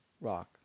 rock